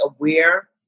aware